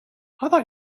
thought